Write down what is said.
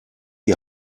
die